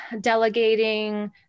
delegating